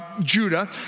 Judah